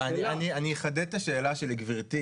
אני אחדד את השאלה של גבירתי.